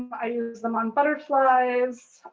i use them on butterflies,